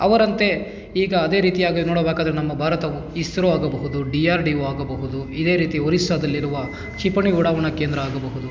ಅವರಂತೆ ಈಗ ಅದೇ ರೀತಿಯಾಗಿ ನೋಡಬೇಕಾದರೆ ನಮ್ಮ ಭಾರತವು ಇಸ್ರೋ ಆಗಬಹುದು ಡಿ ಅರ್ ಡಿ ಒ ಆಗಬಹುದು ಇದೆ ರೀತಿ ಒರಿಸ್ಸಾದಲ್ಲಿರುವ ಕ್ಷಿಪಣಿ ಉಡಾವಣಾ ಕೇಂದ್ರ ಆಗಬಹುದು